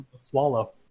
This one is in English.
swallow